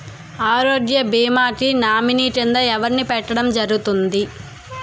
ఆరోగ్య భీమా కి నామినీ కిందా ఎవరిని పెట్టడం జరుగతుంది?